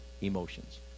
emotions